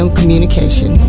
communication